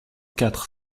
quatre